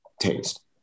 taste